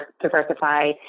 diversify